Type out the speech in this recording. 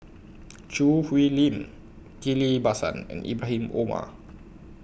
Choo Hwee Lim Ghillie BaSan and Ibrahim Omar